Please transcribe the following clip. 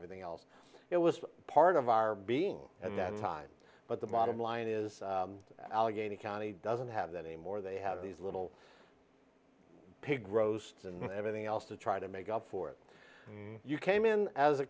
everything else it was part of our being at that time but the bottom line is allegheny county doesn't have that anymore they have these little pig roast and everything else to try to make up for it you came in as a